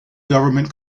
government